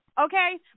Okay